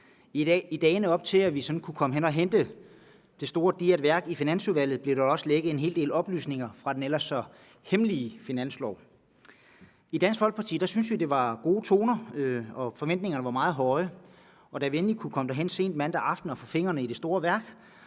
I dagene op til, at vi kunne komme hen og hente det store, digre værk i Finansudvalget, blev der da også lækket en hel del oplysninger fra den ellers så hemmelige finanslov. I Dansk Folkeparti syntes vi, at det var gode toner, og forventningerne var meget høje. Da vi endelig kunne komme derhen sent mandag aften og få fingrene i det store værk,